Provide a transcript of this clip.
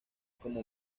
como